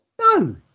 No